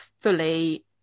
fully